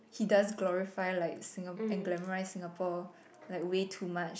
he does glorify like Singa~ and glamourize Singapore like way too much